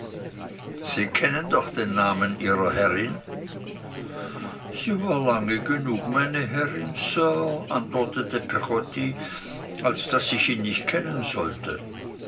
sie kennen doch den namen ihrer herrin sie war lange genug meine herrin sir antwortete peggotty als daß ich ihn nicht kennen sollte